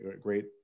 great